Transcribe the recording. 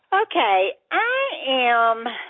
ok. i am